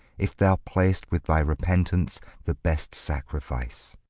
if thou plai'st with thy repentance, the best sacrifice.